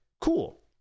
Cool